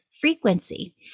frequency